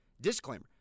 Disclaimer